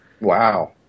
Wow